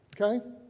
Okay